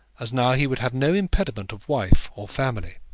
as now he would have no impediment of wife or family.